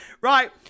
Right